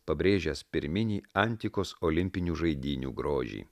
pabrėžęs pirminį antikos olimpinių žaidynių grožį